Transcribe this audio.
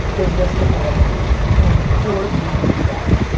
business development, it's one of the pillars of my success.